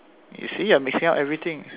you see you're mixing up everything